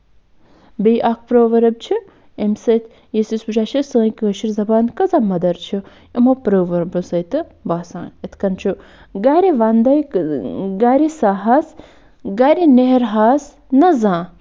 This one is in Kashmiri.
بیٚیہِ اکھ پروؤرٕب چھُ ییٚمہِ سۭتۍ یُس أسۍ وٕچھان چھِ سٲنۍ کٲشِر زَبان کۭژاہ مٔدٕر چھِ یِمَو پروؤربَو سۭتۍ تہٕ باسان یِتھ کٔنۍ چھُ گرِ وَندَے گرٕ ساہس گرِ نٮ۪رہَس نہٕ زانٛہہ